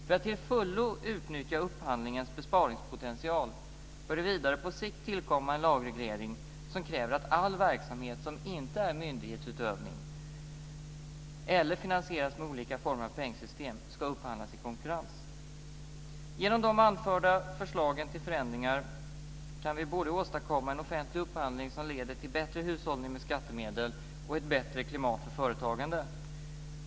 För att till fullo utnyttja upphandlingens besparingspotential bör det vidare på sikt tillkomma en lagreglering som kräver att all verksamhet som inte är myndighetsutövning eller som finansieras med olika former av pengsystem ska upphandlas i konkurrens. Genom de anförda förslagen till förändringar kan vi både åstadkomma en offentlig upphandling som leder till bättre hushållning med skattemedel och ett bättre klimat för företagande.